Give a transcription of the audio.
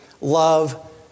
love